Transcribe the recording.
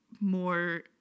more